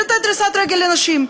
לתת דריסת רגל לנשים.